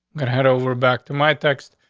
good head over back to my text.